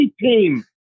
team